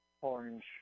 Orange